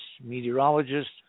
meteorologists